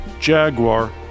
Jaguar